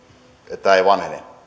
että se ei vanhene tämä on